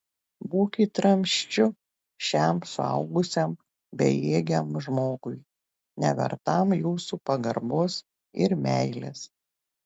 būkit ramsčiu šiam suaugusiam bejėgiam žmogui nevertam jūsų pagarbos ir meilės